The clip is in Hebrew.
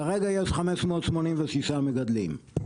כרגע יש 586 מגדלים.